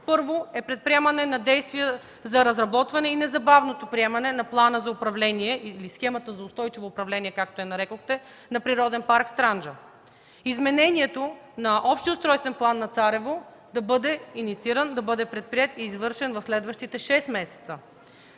Първо, предприемане на действия за разработване на незабавното приемане на плана за управление на схемата за устойчиво управление, както я нарекохте, на Природен парк „Странджа”. Изменението на Общия устройствен план на Царево да бъде иницииран, да бъде предприет и извършен в следващите 6 месеца.